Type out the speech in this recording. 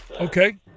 Okay